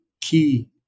key